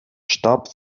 starb